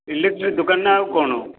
electric ଦୋକାନ ନା ଆଉ କ'ଣ